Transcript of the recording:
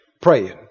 praying